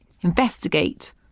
investigate